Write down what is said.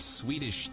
Swedish